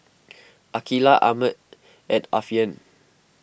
Aqeelah Ahmad and Alfian